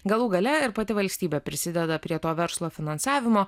galų gale ir pati valstybė prisideda prie to verslo finansavimo